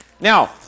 Now